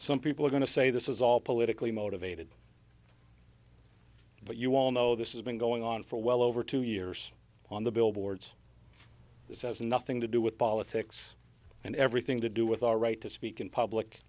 some people are going to say this is all politically motivated but you all know this is been going on for well over two years on the billboards this has nothing to do with politics and everything to do with our right to speak in public